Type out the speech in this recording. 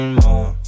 more